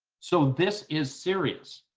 so this is serious,